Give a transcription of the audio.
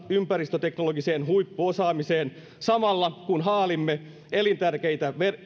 ympäristöteknologiseen huippuosaamiseen samalla kun haalimme elintärkeitä